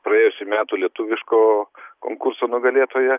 praėjusių metų lietuviško konkurso nugalėtoja